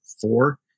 four